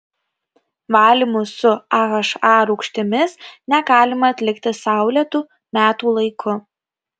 valymų su aha rūgštimis negalima atlikti saulėtu metų laiku